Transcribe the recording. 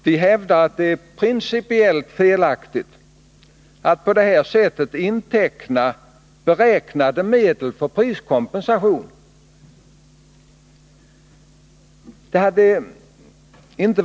Vi hävdar att det är principiellt felaktigt att på det sättet inteckna för priskompensation beräknade medel.